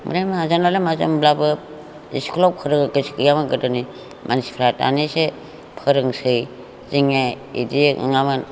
ओमफ्राय माहाजोन नालाय माहाजोन होनब्लाबो इस्कुलाव फोरोंनो गोसो गैयामोन गोदोनि मानसिफ्रा दानिसो फोरोंसै जोंनिया बिदि नङामोन